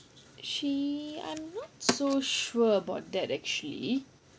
she I'm not so sure about that actually